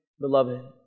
beloved